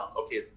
Okay